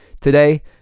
today